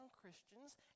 Christians